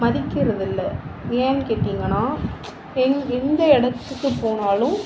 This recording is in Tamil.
மதிக்கிறதில்லை ஏன்னு கேட்டீங்கன்னா எந்த இடத்துக்கு போனாலும்